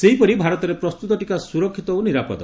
ସେହିପରି ଭାରତରେ ପ୍ରସ୍ତୁତ ଟିକା ସୁରକ୍ଷିତ ଓ ନିରାପଦ